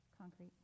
concrete